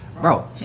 bro